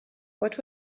what